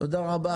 תודה רבה.